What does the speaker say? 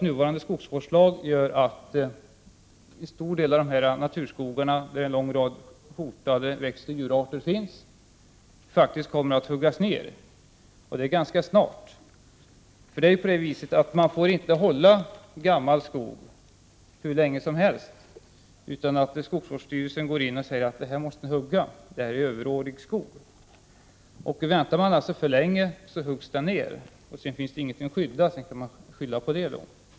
Nuvarande skogsvårdslag gör att en stor del av dessa naturskogar, där en lång rad hotade växtoch djurarter finns, faktiskt kommer att huggas ned, och dessutom ganska snart. Man får nämligen inte hålla gammal skog hur länge som helst, för då går skogsvårdsstyrelsen in och säger att det är överårig skog som måste huggas. Väntar man för länge huggs skogen alltså ner, och då finns det ingenting att skydda, vilket man i så fall kan skylla på senare.